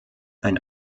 ein